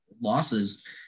losses